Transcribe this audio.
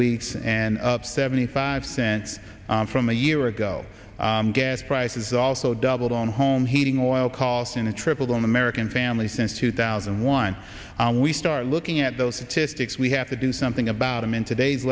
weeks and up seventy five cents from a year ago gas prices also doubled on home heating oil costs in a triple down american families since two thousand and one we start looking at those statistics we have to do something about them in today's